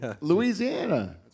Louisiana